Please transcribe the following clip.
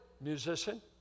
musician